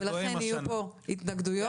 לכן יהיו פה התנגדויות.